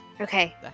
Okay